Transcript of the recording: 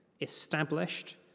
established